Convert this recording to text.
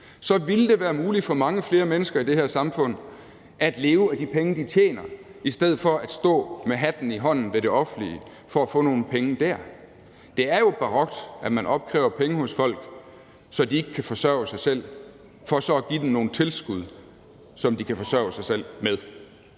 så ville det være muligt for mange flere mennesker i det her samfund at leve af de penge, de tjener, i stedet for at skulle stå med hatten i hånden ved det offentlige for at få nogle penge der. Det er jo barokt, at man opkræver penge hos folk, så de ikke kan forsørge sig selv, for så at give dem nogle tilskud, som de kan forsørge sig selv med.